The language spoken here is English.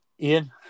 Ian